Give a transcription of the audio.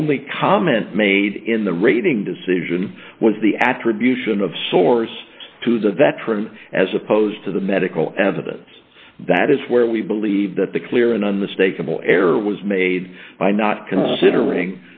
only comment made in the rating decision was the attribution of source to the veteran as opposed to the medical evidence that is where we believe that the clear and unmistakable error was made by not considering